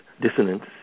dissonance